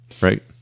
right